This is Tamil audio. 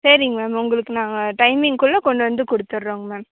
சரிங்க மேம் உங்களுக்கு நாங்கள் டைமிங்குள்ளே கொண்டு வந்து கொடுத்துட்றோங்க மேம்